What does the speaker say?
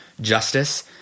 justice